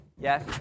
Yes